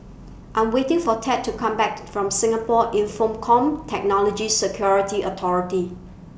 I'm waiting For Tad to Come Back from Singapore Infocomm Technology Security Authority